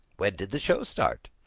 when did the show start?